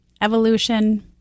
Evolution